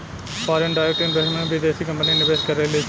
foreign direct investment में बिदेसी company निवेश करेलिसन